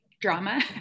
drama